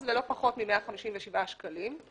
1%, ולא פחות מ-157 שקלים.